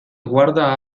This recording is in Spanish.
guarda